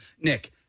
Nick